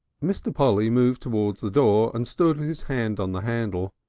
mr. polly moved towards the door and stood with his hand on the handle.